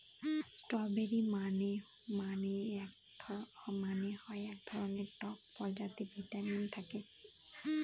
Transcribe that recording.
strawberry মানে হয় এক ধরনের টক ফল যাতে ভিটামিন থাকে